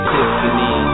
Tiffany